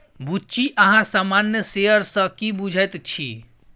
बुच्ची अहाँ सामान्य शेयर सँ की बुझैत छी?